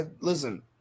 listen